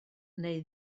neu